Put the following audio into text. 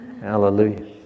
Hallelujah